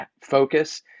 focus